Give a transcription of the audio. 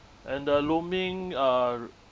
and the looming uh